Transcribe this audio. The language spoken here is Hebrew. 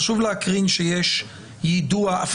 חשוב להקרין שיש יידוע.